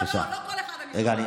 לא, לא כל אחד אני שומעת.